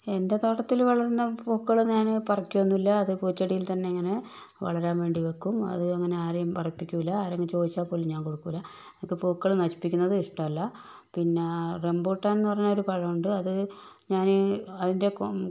എൻ്റെ തോട്ടത്തിൽ വളരുന്ന പൂക്കൾ ഞാൻ പറിക്കുവൊന്നുല്ല അത് പൂച്ചെടിയിൽ തന്നെയിങ്ങനെ വളരാൻ വേണ്ടി വക്കും അത് അങ്ങനെ ആരേം പറിപ്പിക്കൂല്ല ആരെങ്കിലും ചോദിച്ചാൽ പോലും ഞാൻ കൊടുക്കൂല്ല അപ്പോൾ പൂക്കൾ നശിപ്പിക്കുന്നത് ഇഷ്ട്ടമല്ല പിന്നെ റംബൂട്ടാൻ എന്ന് പറഞ്ഞൊരു പഴമുണ്ട് അത് ഞാൻ അതിൻ്റെ കൊമ്പ്